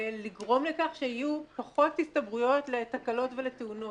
ולגרום לכך שיהיו פחות הסתברויות לתקלות ולתאונות,